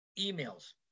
emails